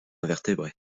invertébrés